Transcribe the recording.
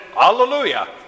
hallelujah